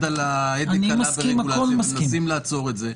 על ההדק קלה ברגולציה ומנסים לעצור את זה.